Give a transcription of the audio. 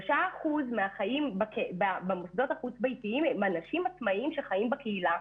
3% מאנשים החיים במוסדות החוץ-ביתיים הם אנשים עצמאיים שחיים בקהילה,